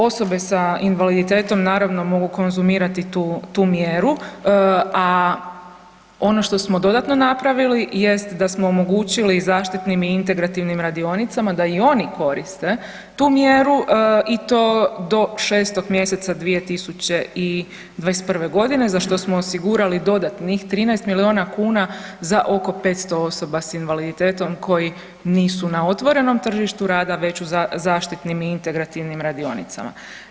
Osobe sa invaliditetom naravno mogu konzumirati tu mjeru, a ono što smo dodatno napravili jest da smo omogućili i zaštitnim i integrativnim radionicama da i oni koriste tu mjeru i to do 6 mjeseca 2021. godine za što smo osigurali dodatnih 13 milijuna kuna za oko 500 osoba sa invaliditetom koji nisu na otvorenom tržištu rada već u zaštitnim i integrativnim radionicama.